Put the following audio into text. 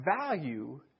value